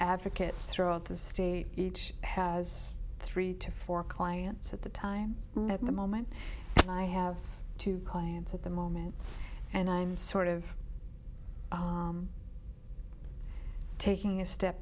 dvocates throughout the state each has three to four clients at the time at the moment and i have two clients at the moment and i'm sort of taking a step